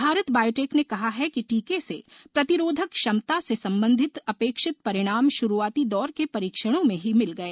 Bharat Biotech ने कहा है कि टीके से प्रतिरोधक क्षमता से संबंधित अपेक्षित परिणाम शुरूआती दौर के परीक्षणों में ही मिल गए